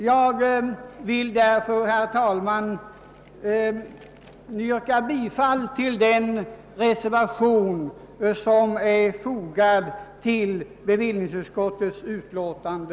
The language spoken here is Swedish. Jag vill, herr talman, yrka bifall till den reservation som är fogad vid bevillningsutskottets betänkande.